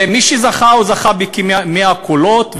מי שזכה, זכה בכ-100 קולות.